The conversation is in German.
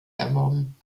erworben